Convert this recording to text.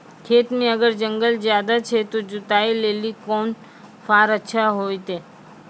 खेत मे अगर जंगल ज्यादा छै ते जुताई लेली कोंन फार अच्छा होइतै?